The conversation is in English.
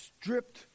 stripped